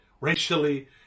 racially